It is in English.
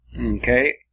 Okay